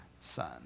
son